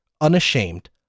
unashamed